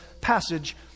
passage